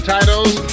Titles